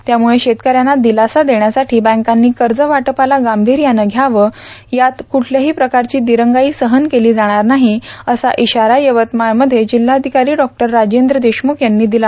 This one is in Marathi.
त्यामुळं शेतकऱ्यांना दिलासा देण्यासाठी बँकांनी कर्जवाटपाला गांभीर्यानं घ्यावं यात कूठल्याही प्रकारची दिरंगाई सहन केली जाणार नाही अशा इशारा यवतमाळमध्ये जिल्हाधिकारी डॉ राजेंद्र देशमुख यांनी दिला